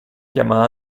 chiama